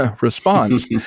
response